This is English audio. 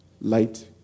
light